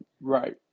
Right